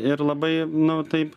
ir labai nu taip